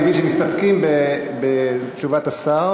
אני מבין שמסתפקים בתשובת השר.